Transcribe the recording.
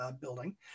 building